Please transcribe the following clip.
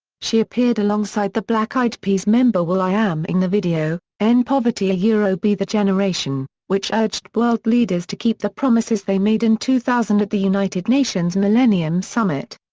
she appeared alongside the black eyed peas member will i am in the video, end poverty ah yeah be the generation, which urged world leaders to keep the promises they made in two thousand at the united nations millennium summit.